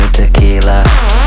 Tequila